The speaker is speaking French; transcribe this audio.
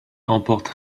emporte